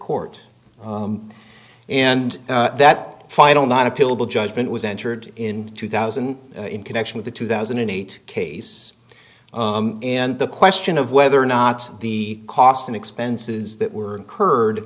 court and that final not appealable judgment was entered in two thousand in connection with the two thousand and eight case and the question of whether or not the costs and expenses that were incurred